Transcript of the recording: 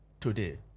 today